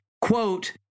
quote—